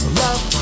love